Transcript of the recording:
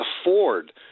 afford